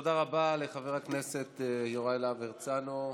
תודה רבה לחבר הכנסת יוראי להב הרצנו.